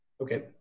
Okay